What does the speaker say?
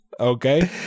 Okay